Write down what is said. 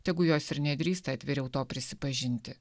tegu jos ir nedrįsta atviriau to prisipažinti